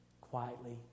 quietly